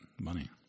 money